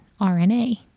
RNA